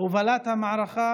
הובלת המערכה